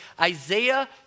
Isaiah